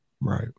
Right